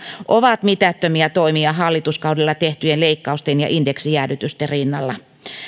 ovat mitättömiä toimia hallituskaudella tehtyjen leikkausten ja indeksijäädytysten rinnalla